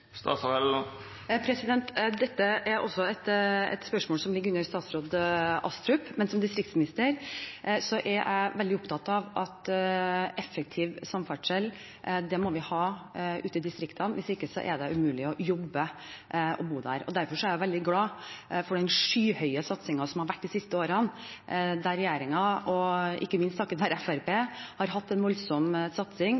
statsråd Astrup, men som distriktsminister er jeg veldig opptatt av at vi må ha effektiv samferdsel ute i distriktene, for hvis ikke, er det umulig å jobbe og bo der. Derfor er jeg veldig glad for den skyhøye satsingen som har vært de siste årene, der regjeringen, ikke minst